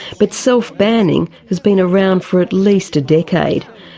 but self-banning has been around for at least a decade.